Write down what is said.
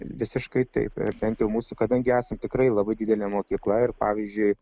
visiškai taip bent jau mūsų kadangi esam tikrai labai didelė mokykla ir pavyzdžiui